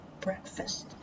breakfast